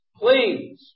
please